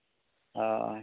ᱦᱳᱭ